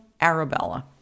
Arabella